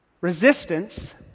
resistance